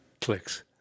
Clicks